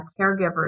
caregivers